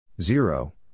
Zero